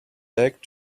back